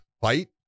fight